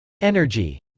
Energy